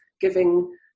giving